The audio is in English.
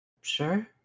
sure